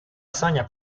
hazaña